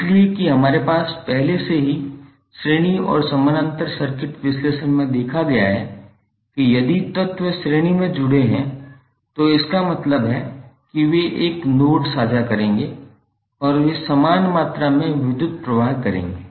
इसलिए कि हमारे पास पहले से ही श्रेणी और समानांतर सर्किट विश्लेषण में देखा गया है कि यदि तत्व श्रेणी में जुड़े हुए हैं तो इसका मतलब है कि वे एक नोड साझा करेंगे और वे समान मात्रा में विद्युत प्रवाह करेंगे